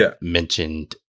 mentioned